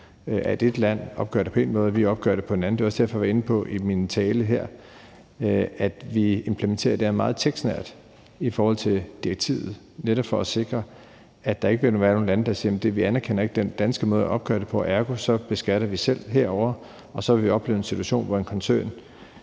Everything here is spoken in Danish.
at ét land opgør det på én måde, og at vi opgør det på en anden måde. Det var også derfor, jeg i min tale her var inde på, at vi implementerer det her meget tekstnært i forhold til direktivet, netop for at sikre, at der ikke vil være nogle lande, der siger, at de ikke anerkender den danske måde at opgøre det på, og at de så ergo selv beskatter det. Så vil vi have en situation, hvor en koncern